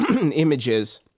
images